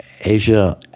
Asia